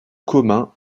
communs